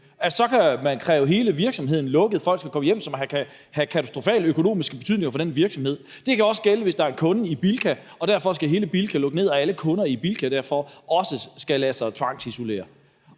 man så kan kræve hele virksomheden lukket, og at folk skal gå hjem, som kan have katastrofal økonomisk betydning for den virksomhed. Det kan også gælde, hvis det er en kunde i Bilka og hele Bilka derfor skal lukke ned og alle kunder i Bilka derfor også skal tvangsisoleres.